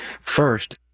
First